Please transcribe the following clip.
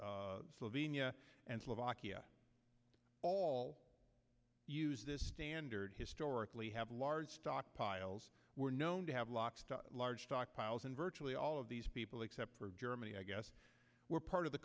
slovenia and slovakia all use this standard historically have large stockpiles were known to have locked large stockpiles and virtually all of these people except for germany i guess were part of the